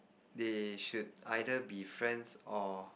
they should either be friends or